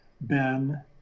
Ben